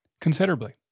considerably